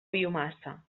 biomassa